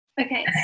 Okay